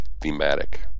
thematic